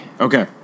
Okay